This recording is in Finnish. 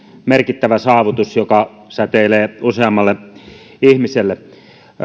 merkittävä saavutus joka säteilee useammalle ihmiselle